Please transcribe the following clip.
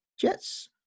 Jets